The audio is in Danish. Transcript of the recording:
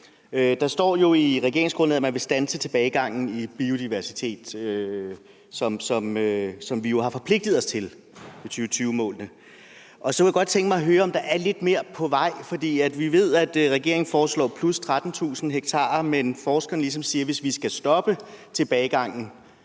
Der står jo i regeringsgrundlaget, at man vil standse tilbagegangen i biodiversitet, hvilket vi jo har forpligtet os til med 2020-målene. Og så kunne jeg godt tænke mig at høre, om der er lidt mere på vej. For vi ved, at regeringen foreslår +13.000 ha, men at forskerne ligesom siger, at hvis vi skal stoppe tilbagegangen